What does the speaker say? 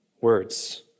words